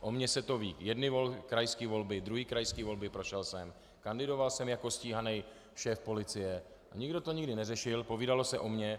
O mně se to ví jedny krajské volby, druhé krajské volby, prošel jsem, kandidoval jsem jako stíhaný šéf policie, nikdo to nikdy neřešil, povídalo se o mně.